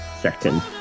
second